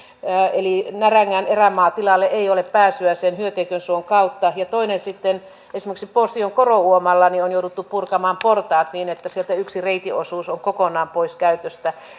eli närängän erämaatilalle ei ole pääsyä sen hyöteikön suon kautta ja toinen sitten esimerkiksi posion korouomalla on jouduttu purkamaan portaat niin että sieltä yksi reitin osuus on kokonaan pois käytöstä